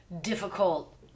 difficult